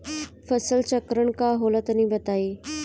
फसल चक्रण का होला तनि बताई?